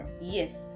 Yes